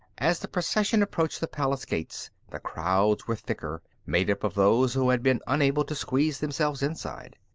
as the procession approached the palace gates, the crowds were thicker, made up of those who had been unable to squeeze themselves inside.